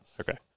Okay